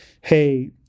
hey